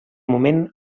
moment